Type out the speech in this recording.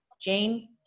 Jane